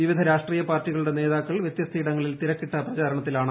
വിവിധ രാഷ്ട്രീയ പാർട്ടികളുടെ നേതാക്കൾ വൃതൃസ്ത ഇടങ്ങളിൽ തിരക്കിട്ട പ്രചരണത്തിലാണ്